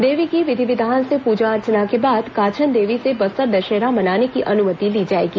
देवी की विधि विधान से पूजा अर्चना के बाद काछन देवी से बस्तर दशहरा मनाने की अनुमति ली जाएगी